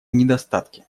недостатки